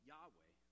Yahweh